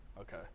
Okay